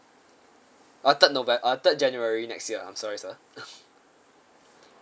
uh third nove~ uh third january next year I'm sorry sir